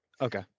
Okay